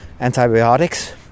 antibiotics